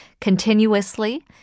continuously